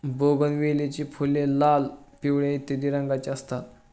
बोगनवेलीची फुले लाल, पिवळ्या इत्यादी रंगांची असतात